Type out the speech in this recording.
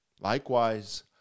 Likewise